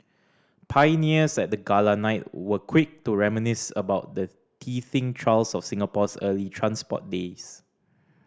pioneers at the gala night were quick to reminisce about the teething trials of Singapore's early transport days